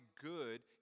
good